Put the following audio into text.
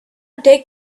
take